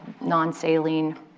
non-saline